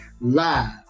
live